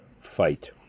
fight